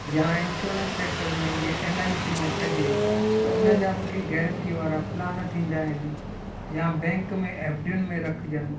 या insurance sector में जीअं एल आई सीअ में कजे त उन जा बि के गेरंटीअ वारा प्लान थींदा आहिनि या बैंक में एफ़ डियुनि में रखिजनि